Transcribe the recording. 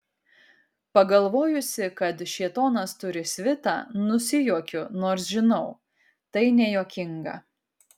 pagalvojusi kad šėtonas turi svitą nusijuokiu nors žinau tai nejuokinga